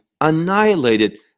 annihilated